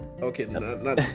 Okay